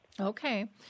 Okay